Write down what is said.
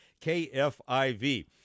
KFIV